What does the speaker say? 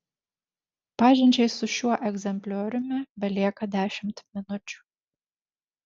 pažinčiai su šiuo egzemplioriumi belieka dešimt minučių